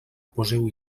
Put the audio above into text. poseu